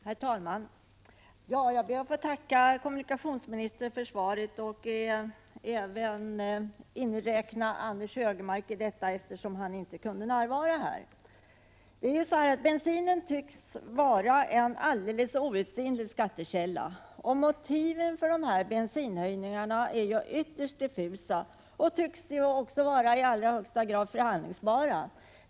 Herr talman! Jag ber att få tacka kommunikationsministern för svaret, och jag talar då även för Anders G Högmark, eftersom han inte kunde närvara. Bensinen tycks vara en helt outsinlig skattekälla. Motiven för bensinskattehöjningarna är ytterst diffusa och tycks vara i allra högsta grad förhandlingsbara.